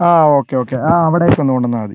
ആ okay okay ആ അവിടേയ്ക്ക് ഒന്ന് കൊണ്ടുവന്നാൽ മതി